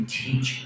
teach